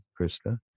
krista